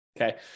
Okay